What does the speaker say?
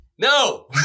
No